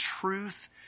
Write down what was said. truth